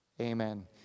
amen